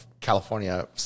california